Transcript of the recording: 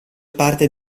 parte